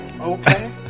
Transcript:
Okay